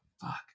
fuck